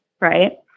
Right